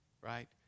right